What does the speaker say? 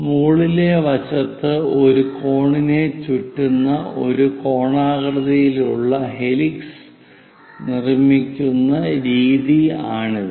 മുകളിലെ വശത്ത് ഒരു കോണിനെ ചുറ്റുന്ന ഒരു കോണാകൃതിയിലുള്ള ഹെലിക്സ് നിർമ്മിക്കുന്ന രീതിയാണിത്